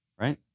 Right